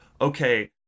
okay